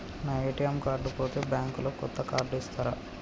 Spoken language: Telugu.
నా ఏ.టి.ఎమ్ కార్డు పోతే బ్యాంక్ లో కొత్త కార్డు ఇస్తరా?